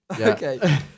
Okay